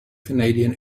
canadian